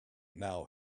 now